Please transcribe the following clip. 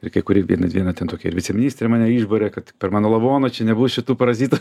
ir kai kurie vieną dieną ten tokia ir viceministrė mane išbarė kad per mano lavoną čia nebus šitų parazitų